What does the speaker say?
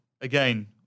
again